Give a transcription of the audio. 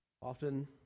Often